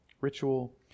ritual